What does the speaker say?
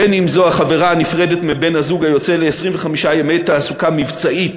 בין שזו החברה הנפרדת מבן-הזוג היוצא ל-25 ימי תעסוקה מבצעית